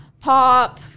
pop